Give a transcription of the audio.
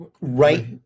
Right